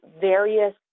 various